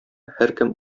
һәркем